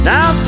Now